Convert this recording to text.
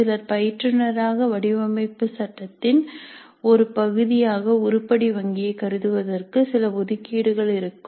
சிலர் பயிற்றுநராக வடிவமைப்பு சட்டத்தின் ஒரு பகுதியாக உருப்படி வங்கியை கருதுவதற்கு சில ஒதுக்கீடுகள் இருக்கும்